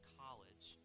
college